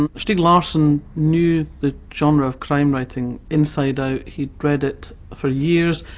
um stieg larsson knew the genre of crime writing inside out. he'd read it for years.